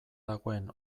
dagoen